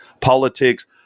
politics